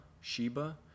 Sheba